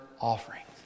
offerings